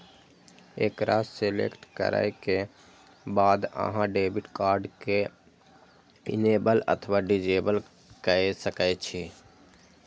एकरा सेलेक्ट करै के बाद अहां डेबिट कार्ड कें इनेबल अथवा डिसेबल कए सकै छी